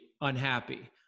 unhappy